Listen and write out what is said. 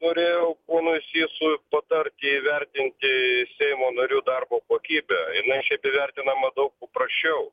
norėjau ponui sysui patarti įvertinti seimo narių darbo kokybę jinai šiaip įvertinama daug paprasčiau